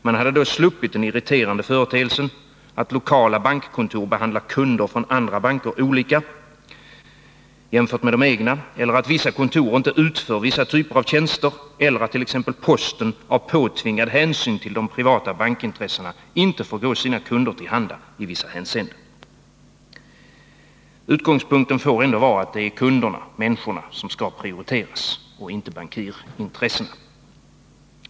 Man hade då sluppit den irriterande företeelsen att lokala bankkontor behandlar kunder från andra banker olika jämfört med de egna, att vissa kontor inte utför vissa typer av tjänster eller att t.ex. posten av påtvingad hänsyn till de privata bankintressena inte får gå kunderna till Utgångspunkten får ändå vara att det är kunderna, människorna som skall prioriteras, inte bankirintressena.